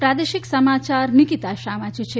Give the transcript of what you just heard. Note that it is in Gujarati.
પ્રાદેશિક સમાચાર નીકિતા શાહ વાંચે છે